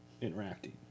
interacting